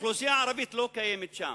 האוכלוסייה הערבית לא קיימת שם.